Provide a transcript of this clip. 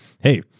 hey